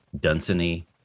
Dunsany